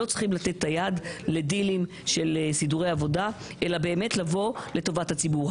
לא צריכים לתת יד לדילים של סידורי עבודה אלא באמת לבוא לטובת הציבור.